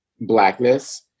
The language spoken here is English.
blackness